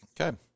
Okay